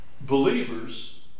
Believers